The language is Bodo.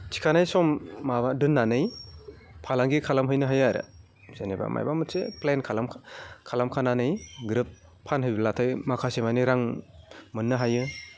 थिखानाय सम माबा दोननानै फालांगि खालामहैनो हायो आरो जेनेबा माबा मोनसे प्लेन खालामखानानै ग्रोब फानहैब्लाथाय माखासे माने रां मोननो हायो